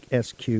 SQ